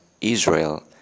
Israel